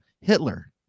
Hitler